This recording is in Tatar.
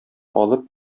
алып